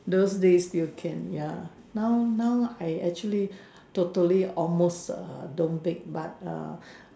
those days still can ya now now I actually totally almost err don't bake but err